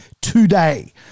today